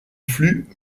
flux